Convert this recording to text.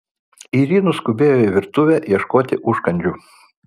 ir ji nuskubėjo į virtuvę ieškoti užkandžių